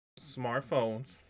smartphones